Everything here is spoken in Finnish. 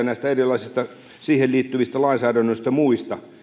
näistä erilaisista muista siihen liittyvistä lainsäädännöistä